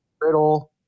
Riddle